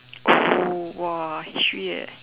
oh !wah! history eh